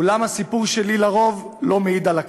אולם הסיפור שלי לרוב לא מעיד על הכלל.